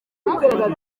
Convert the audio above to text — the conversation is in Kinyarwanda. umuntu